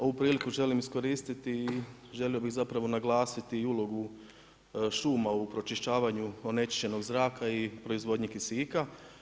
Ovu priliku želim iskoristiti i želio bih zapravo naglasiti i ulogu šuma u pročišćavanju onečišćenog zraka i proizvodnje kisika.